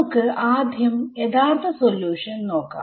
നമുക്ക് ആദ്യം യഥാർത്ഥ സൊല്യൂഷൻ നോക്കാം